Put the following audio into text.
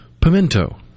pimento